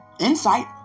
insight